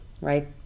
right